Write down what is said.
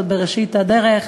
במפלגה,